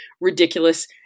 ridiculous